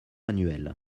annuel